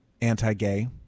anti-gay